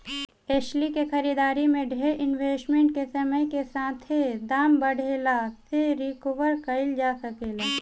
एस्ली के खरीदारी में डेर इन्वेस्टमेंट के समय के साथे दाम बढ़ला से रिकवर कईल जा सके ला